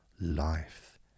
life